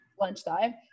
lunchtime